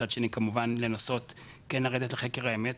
מצד שני כמובן לנסות כן לרדת לחקר האמת.